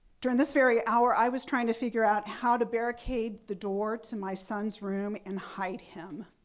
during this very hour, i was trying to figure out how to barricade the door to my son's room and hide him.